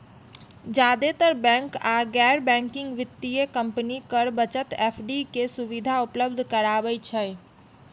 जादेतर बैंक आ गैर बैंकिंग वित्तीय कंपनी कर बचत एफ.डी के सुविधा उपलब्ध कराबै छै